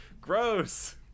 Gross